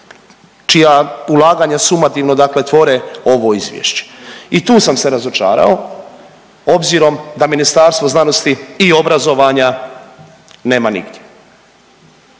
čija ulaganja sumativno dakle tvore ovo izvješće. I tu sam se razočarao obzirom da Ministarstvo znanosti i obrazovanja nema nigdje.